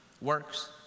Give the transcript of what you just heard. works